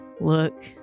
look